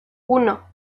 uno